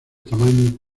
tamaño